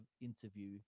interview